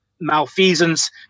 malfeasance